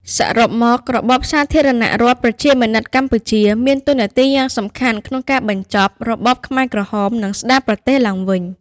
សរុបមក របបសាធារណរដ្ឋប្រជាមានិតកម្ពុជាមានតួនាទីយ៉ាងសំខាន់ក្នុងការបញ្ចប់របបខ្មែរក្រហម និងស្ដារប្រទេសឡើងវិញ។